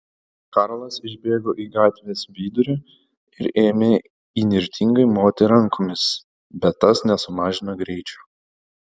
karlas išbėgo į gatvės vidurį ir ėmė įnirtingai moti rankomis bet tas nesumažino greičio